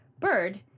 Bird